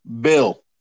bill